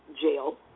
jail